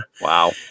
wow